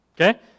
Okay